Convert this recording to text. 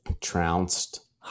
Trounced